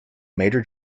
major